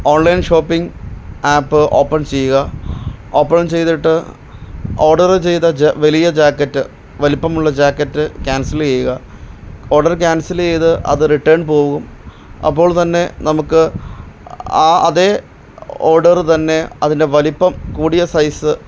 online shopping app open ചെയ്യുക open ചെയ്തിട്ട് order ചെയ്ത ജ വലിയ ജാക്കറ്റ് വലിപ്പമുള്ള ജാക്കറ്റ് ക്യാൻസല് ചെയ്യുക ഓഡർ ക്യാൻസല് ചെയ്ത് അത് റിട്ടേൺ പോവും അപ്പോൾത്തന്നെ നമുക്ക് ആ അതെ ഓഡർ തന്നെ അതിന്റെ വലിപ്പം കൂടിയ സൈസ്